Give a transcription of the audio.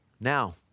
Now